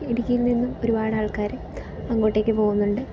ഇടുക്കിയിൽ നിന്നും ഒരുപാട് ആൾക്കാർ അങ്ങോട്ടേക്ക് പോകുന്നുണ്ട്